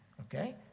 okay